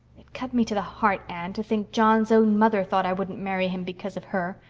it cut me to the heart, anne. to think john's own mother thought i wouldn't marry him because of her!